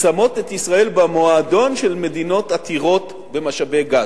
שמים את ישראל במועדון של מדינות עתירות במשאבי גז,